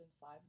five